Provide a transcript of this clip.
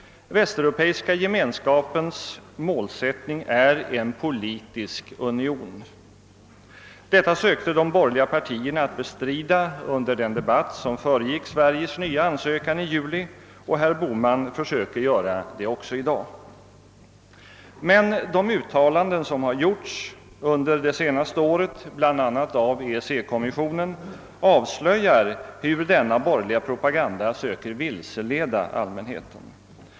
Västeuropeiska gemenskapens målsättning är en politisk union. Detta sökte de borgerliga partierna bestrida under den debatt som föregick Sveriges nya ansökan i juli, och herr Bohman försöker göra det också i dag. Men de uttalanden som gjorts under det senaste året, bl.a. av EEC-kommissionen, avslöjar hur denna borgerliga propaganda söker vilseleda allmänheten.